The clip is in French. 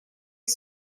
est